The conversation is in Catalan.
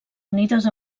unides